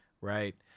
right